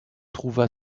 trouva